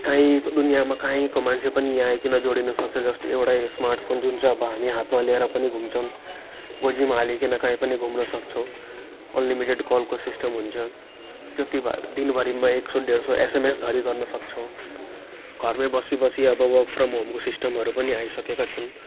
काहीँ दुनियाँमा काहीँको मान्छे पनि यहाँ आइकन जोडिन सक्छ जस्तै एउटै स्मार्टफोन जुन चाहिँ अब हामी हातमा ल्याएर पनि घुम्छौँ गोजीमा हालिकन काहीँ पनि घुम्न सक्छौँ अनलिमिटेड कलको सिस्टम हुन्छ त्यति दिनभरिमै एक सौ डेढ सौ एसएमएस धरी गर्न सक्छौँ घरमै बसी बसी अब वर्क फ्रम होम सिस्टमहरू पनि आइसकेको छन्